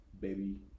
baby